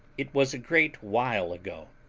it was a great while ago,